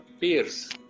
peers